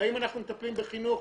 האם אנחנו מטפלים בחינוך,